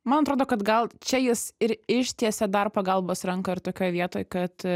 man atrodo kad gal čia jis ir ištiesė dar pagalbos ranką ir tokioj vietoj kad